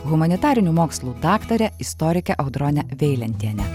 humanitarinių mokslų daktare istorike audrone veilentiene